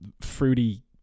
fruity